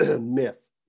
myth